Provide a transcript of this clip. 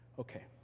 Okay